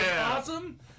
awesome